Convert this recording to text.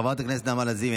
חברת הכנסת נעמה לזימי,